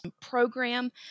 program